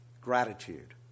gratitude